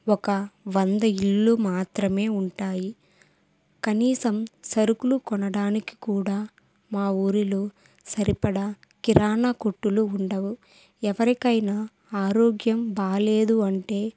ఒక వంద ఇల్లు మాత్రమే ఉంటాయి కనీసం సరుకులు కొనడానికి కూడా మా ఊరిలో సరిపడ కిరాణా కొట్టులు ఉండవు ఎవరికైనా ఆరోగ్యం బాగాలేదు అంటే